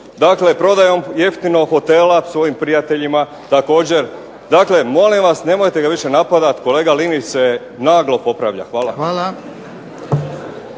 Dakle, prodajom jeftinog hotela svojim prijateljima također. Dakle, molim vas nemojte ga više napadati. Kolega Linić se naglo popravlja. Hvala.